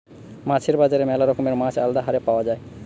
মাছের বাজারে ম্যালা রকমের মাছ আলদা হারে পাওয়া যায়